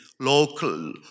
Local